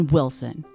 Wilson